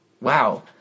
Wow